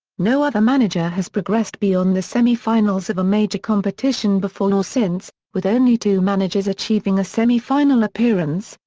no other manager has progressed beyond the semi-finals of a major competition before or since, with only two managers achieving a semi-final appearance,